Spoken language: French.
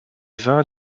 vins